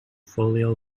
folio